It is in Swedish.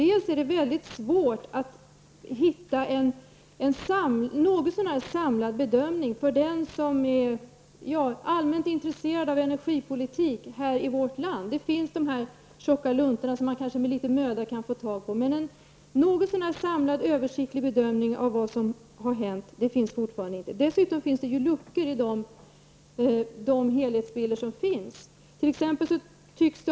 De som är allmänt intresserade av energipolitik i vårt land har mycket svårt att hitta en samlad bedömning. Det finns tjocka luntor som man med litet möda kanske kan få tag på, men en något så när samlad översiktlig bedömning av vad som har hänt finns fortfarande inte. Dessutom finns det luckor i de helhetsbilder som har gjorts.